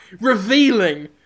revealing